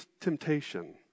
temptation